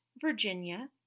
Virginia